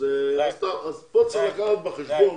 לקחת בחשבון,